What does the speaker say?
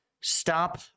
stop